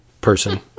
person